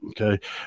okay